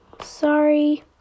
Sorry